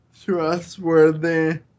Trustworthy